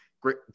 great